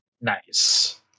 Nice